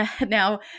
now